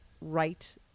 right